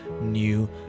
new